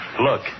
Look